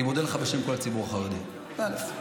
אני מודה לך בשם כל הציבור החרדי, זה, א.